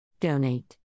Donate